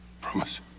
Promise